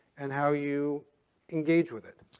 and how you engage with it.